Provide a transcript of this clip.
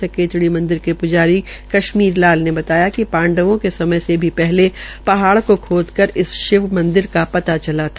सकेतड़ी के प्जारी कश्मीर लाल ने बताया कि पाड़वों के समय से पहले पहाड़ को खोद कर इस शिव मंदिर का पता चला था